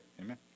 Amen